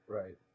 right